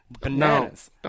bananas